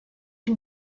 you